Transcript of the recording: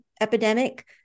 epidemic